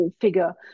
figure